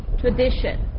tradition